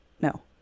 No